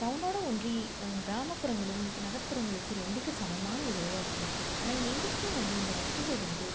டவுனோடு ஒன்றி கிராமப்புறங்களும் நகர்ப்புறங்களுக்கு ரெண்டுக்கும் சமமான இதில் தான் இருக்கிறோம் ஆனால் எங்களுக்கே வந்து இந்த வசதிகள் வந்து